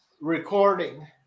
recording